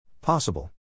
Possible